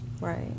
Right